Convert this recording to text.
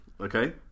Okay